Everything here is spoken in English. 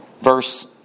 verse